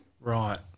Right